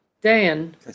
dan